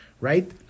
right